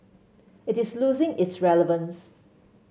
it is losing its relevance